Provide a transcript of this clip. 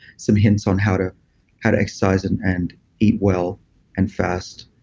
some hints on how to how to exercise and and eat well and fast.